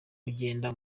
kugenda